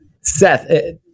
seth